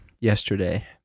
yesterday